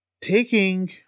taking